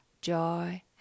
joy